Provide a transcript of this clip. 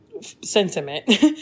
sentiment